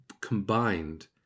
combined